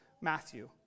Matthew